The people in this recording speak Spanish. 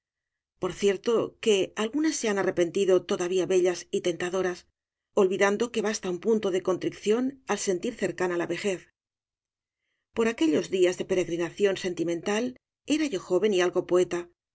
por cierto que algunas se han arrepentido todavía bellas y tentadoras olvidando que basta un punto de contrición al sentir cercana la vejez por aquellos días de peregrinación sentimental era yo joven y algo poeta